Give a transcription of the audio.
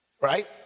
right